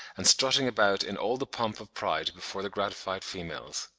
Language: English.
and strutting about in all the pomp of pride before the gratified females.